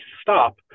stop